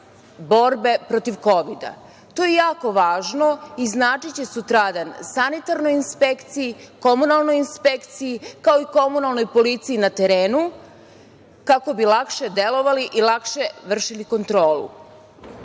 borbe protiv kovida. To je jako važno i značiće sutradan sanitarnoj inspekciji, komunalnoj inspekciji, kao i komunalnoj policiji na terenu kako bi lakše delovali i lakše vršili